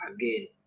again